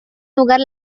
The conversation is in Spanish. lugar